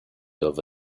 over